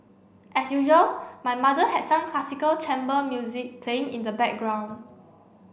as usual my mother had some classical chamber music playing in the background